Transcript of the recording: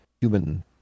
human